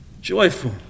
joyful